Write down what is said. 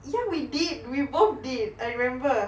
ya we did we both did I remember